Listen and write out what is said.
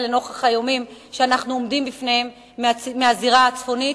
לנוכח האיומים שאנחנו עומדים בפניהם מהזירה הצפונית,